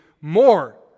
more